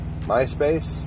MySpace